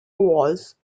wars